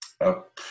up